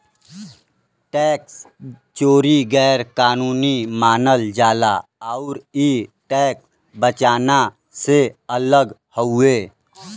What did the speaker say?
tax चोरी गैर कानूनी मानल जाला आउर इ टैक्स बचाना से अलग हउवे